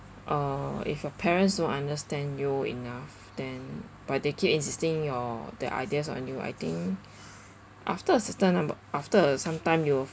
uh if your parents don't understand you enough then but they keep insisting your their ideas on you I think after a certain numb~ after uh sometime you